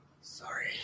Sorry